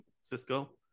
Cisco